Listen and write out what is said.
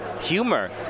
humor